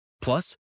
Plus